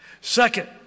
Second